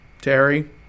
Terry